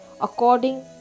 according